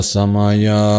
Samaya